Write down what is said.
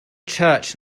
church